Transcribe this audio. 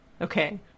Okay